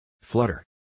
Flutter